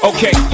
Okay